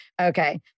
Okay